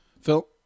Phil